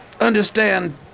Understand